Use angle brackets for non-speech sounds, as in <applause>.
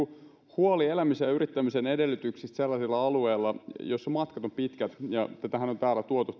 huoli elämisen ja yrittämisen edellytyksistä sellaisilla alueilla joissa matkat ovat pitkät ja tätähän on täällä tuotu <unintelligible>